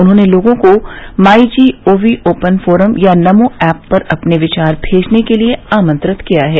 उन्होंने लोगों को my G O V open forum या नमो ऐप पर अपने विचार भेजने के लिए आमंत्रित किया है